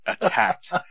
attacked